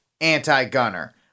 anti-gunner